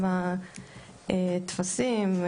גם הטפסים,